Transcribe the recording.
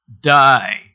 die